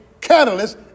catalyst